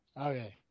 Okay